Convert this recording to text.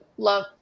Love